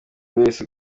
wese